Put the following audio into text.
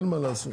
אין מה לעשות.